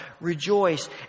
rejoice